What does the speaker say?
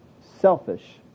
selfish